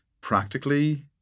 practically